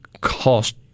cost